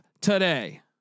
today